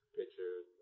pictures